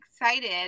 excited